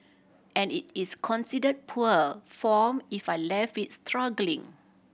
and it is consider poor form if I left it struggling